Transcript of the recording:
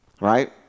Right